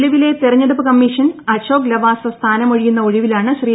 നിലവിലെ തെരഞ്ഞെടുപ്പ് കമ്മീഷൻ അശോക് ലവാസ സ്ഥാനമൊഴിയുന്ന ഒഴിവിലാണ് ശ്രീ